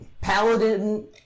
Paladin